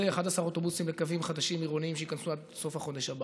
ו-11 אוטובוסים לקווים עירוניים חדשים שייכנסו עד סוף החודש הבא.